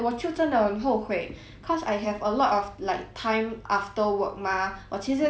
because I have a lot of like time after work mah 我其实可以拿那个 time 去